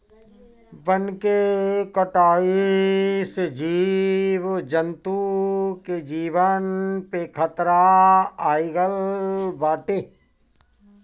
वन के कटाई से जीव जंतु के जीवन पे खतरा आगईल बाटे